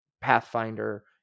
Pathfinder